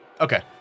Okay